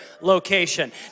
location